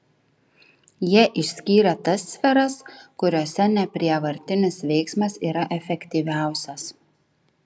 jie išskyrė tas sferas kuriose neprievartinis veiksmas yra efektyviausias